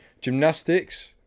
gymnastics